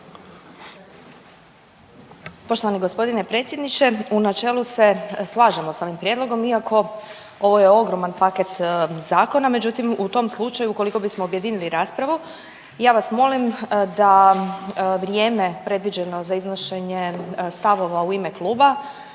Poštovani gospodine predsjedniče u načelu se slažemo s ovim prijedlogom iako ovo je ogroman paket zakona, međutim u tom slučaju ukoliko bismo objedinili raspravu ja vas molim da vrijeme predviđeno za iznošenje stavova u ime kluba